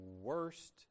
worst